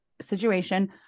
situation